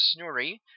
Snurri